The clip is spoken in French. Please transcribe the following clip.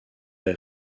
est